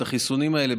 את החיסונים האלה,